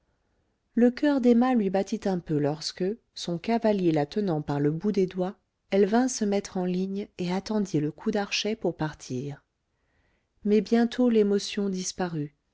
le coeur d'emma lui battit un peu lorsque son cavalier la tenant par le bout des doigts elle vint se mettre en ligne et attendit le coup d'archet pour partir mais bientôt l'émotion disparut